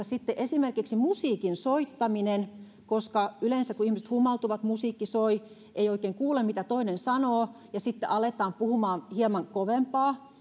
sitten esimerkiksi musiikin soittaminen yleensä kun ihmiset humaltuvat ja musiikki soi eikä oikein kuule mitä toinen sanoo niin sitten aletaan puhumaan hieman kovempaa